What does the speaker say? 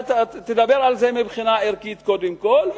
תדבר על זה מבחינה ערכית קודם כול,